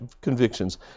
convictions